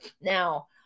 Now